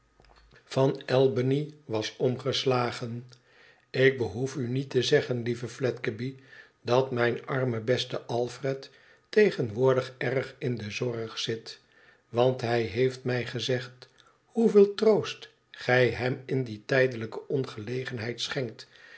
van albany was omgeslagen lik behoef u niet te zeggen lieve fledgeby dat mijn arme beste alfred tegenwoordig erg in de zorg zit want hij heeft mij gezegd hoeveel troost gij hem in die tijdelijke ongelegenheid schenkt